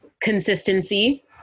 Consistency